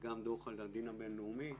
ודוח על הדין הבין-לאומי.